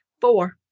Four